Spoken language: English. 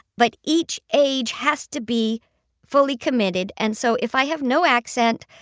but each age has to be fully committed, and so if i have no accent,